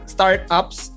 Startups